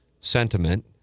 sentiment